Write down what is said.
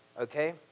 okay